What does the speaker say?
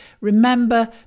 Remember